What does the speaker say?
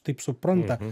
taip supranta